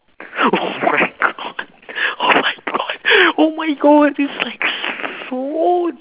oh my god oh my god oh my god this is like so